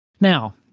Now